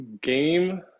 game